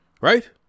right